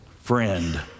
friend